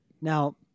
Now